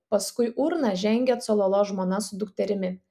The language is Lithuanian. paskui urną žengė cololo žmona su dukterimi